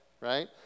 right